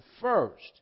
first